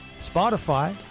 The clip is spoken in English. Spotify